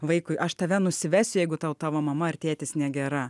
vaikui aš tave nusivesiu jeigu tau tavo mama ar tėtis negera